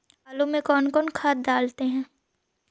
आलू में कौन कौन खाद डालते हैं?